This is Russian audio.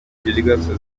делегация